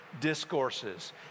discourses